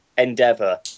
Endeavor